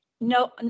No